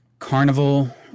Carnival